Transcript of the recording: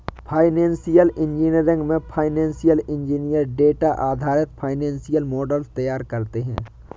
financial engineering में financial engineer data आधारित financial models तैयार करते है